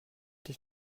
dich